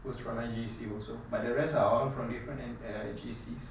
was from my J_C also but the rest are all from different en~ err J_Cs